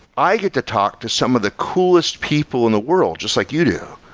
i get to talk to some of the coolest people in the world, just like you do,